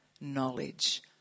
knowledge